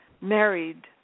married